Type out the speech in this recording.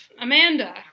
Amanda